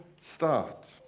start